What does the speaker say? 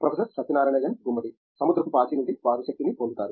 professor Satyanarayana N Gummadi సముద్రపు పాచి నుండి వారు శక్తిని పొందుతారు